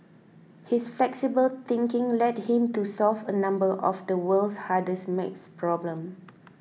his flexible thinking led him to solve a number of the world's hardest maths problems